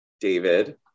David